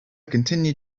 continued